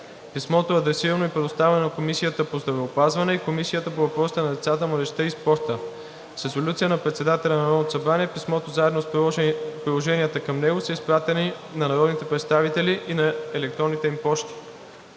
Писмото е адресирано и предоставено на Комисията по здравеопазването и Комисията по въпросите на децата, младежта и спорта. С резолюция на председателя на Народното събрание писмото, заедно с приложенията към него, са изпратени на народните представители на електронните им пощи.